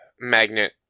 magnet